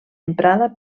emprada